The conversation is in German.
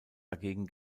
dagegen